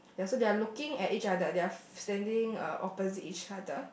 ya so they're looking at each other they're standing uh opposite each other